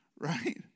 right